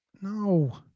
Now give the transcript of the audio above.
No